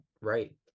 right